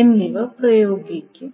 എന്നിവ പ്രയോഗിക്കും